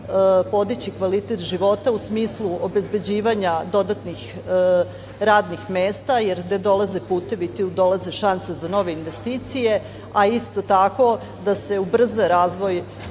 podići kvalitet života u smislu obezbeđivanja dodatnih radnih mesta, jer gde dolaze putevi tu dolaze šanse za nove investicije. Isto tako, da se ubrza razvoj